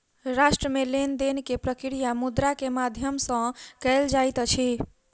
राष्ट्र मे लेन देन के प्रक्रिया मुद्रा के माध्यम सॅ कयल जाइत अछि